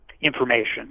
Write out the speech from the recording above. information